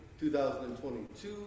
2022